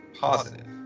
positive